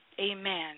Amen